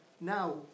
Now